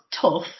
tough